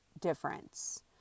difference